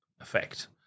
effect